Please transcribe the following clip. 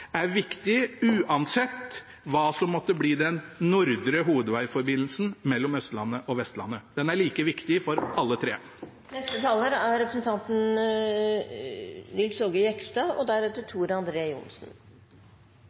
er viktig, uansett hva som måtte bli den nordre hovedvegforbindelsen mellom Østlandet og Vestlandet. Den er like viktig for alle tre. Dette er